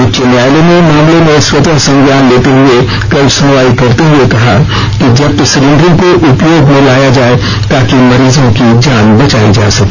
उच्च न्यायालय ने मामले में स्वतः संज्ञान लेते हुए कल सुनवाई करते हुए कहा कि जब्त सिलिंडरों को उपयोग में लाया जाये ताकि मरीजों की जान बचायी जा सके